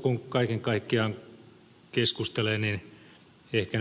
kun kaiken kaikkiaan keskustelee tästä